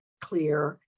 clear